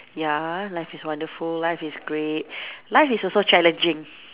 ya life is wonderful life is great life is also challenging